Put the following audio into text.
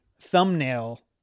thumbnail